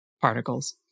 particles